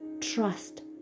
Trust